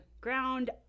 ground